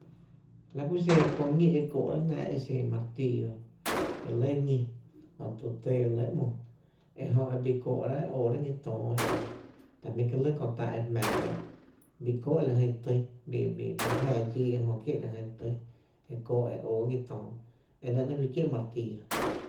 La ku xen köö ñí e kóó’ráá’ jnáá’ e xin martillo re lɇ ñí jötu tyy re lɇ ‘mo ejö e bii kóó’rá’ e óórá’ ñí töö ta jmí’ kié’ lɇ köö tá e jmⱥⱥrá’ bii kóó’ lajyn tý bii bii jmⱥⱥ dxii ejö kié’ la jyn tý e kóó’ e oo ñí töö e nɇ ‘nɇɇ’ fí kié’ martillo.